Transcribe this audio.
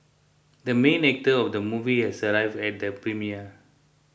the main actor of the movie has arrived at the premiere